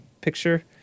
picture